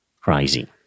Crazy